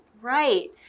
Right